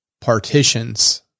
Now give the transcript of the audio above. partitions